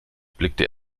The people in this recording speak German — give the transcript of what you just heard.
blickte